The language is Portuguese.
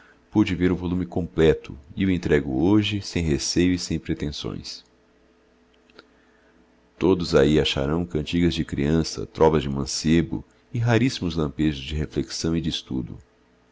pude ver o volume completo e o entrego hoje sem receio e sem pretensões todos aí acharão cantigas de criança trovas de mancebo e raríssimos lampejos de reflexão e de estudo